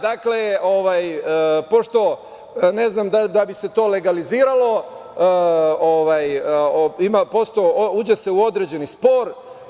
Dakle, pošto, ne znam, da bi se to legalizovalo, uđe se u određeni spor.